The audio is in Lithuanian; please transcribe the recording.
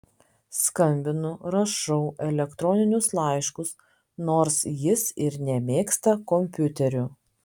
skambinu rašau elektroninius laiškus nors jis ir nemėgsta kompiuterių